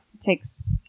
takes